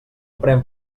pren